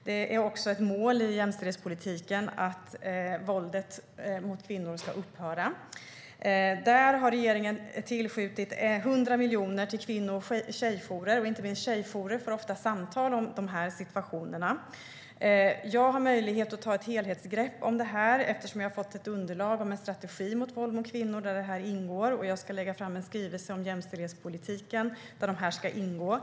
Det är också ett mål i jämställdhetspolitiken att våldet mot kvinnor ska upphöra. Regeringen har tillskjutit 100 miljoner till kvinno och tjejjourer. Inte minst tjejjourer får ofta samtal om sådana här situationer. Jag har möjlighet att ta ett helhetsgrepp om detta, eftersom jag har fått ett underlag till en strategi mot våld mot kvinnor där det här ingår. Jag ska lägga fram en skrivelse om jämställdhetspolitiken där detta ska ingå.